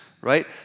right